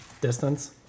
Distance